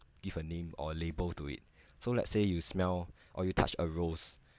give a name or label to it so let's say you smell or you touch a rose